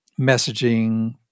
messaging